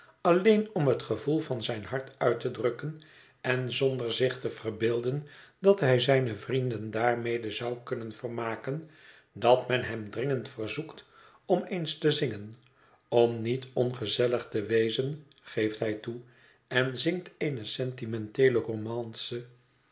alleen om het gevoel van zijn hart uit te drukken en zonder zich te verbeelden dat hij zijne vrienden daarmede zou kunnen vermaken dat men hem dringend verzoekt om eens te zingen om niet ongezellig te wezen geeft hij toe en zingt eene sentimenteele romance